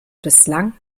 bislang